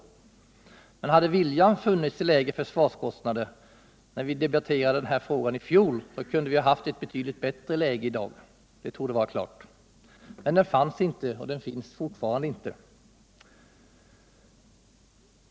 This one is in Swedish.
Om viljan hade funnits till lägre försvarskostnader när vi debatterade frågan i fjol kunde vi ha haft ett betydligt bättre läge i dag — det torde vara klart. Men viljan fanns inte, och den finns fortfarande inte.